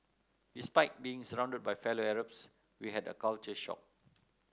despite being surrounded by fellow Arabs we had a culture shock